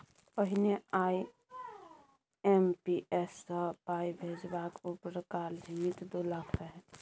पहिने आइ.एम.पी.एस सँ पाइ भेजबाक उपरका लिमिट दु लाख रहय